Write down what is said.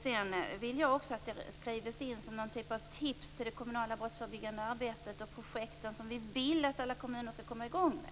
Jag vill också att det skrivs in som ett sorts tips till det kommunala brottsförebyggande arbetet och projekten, som vi vill att alla kommuner skall komma i gång med.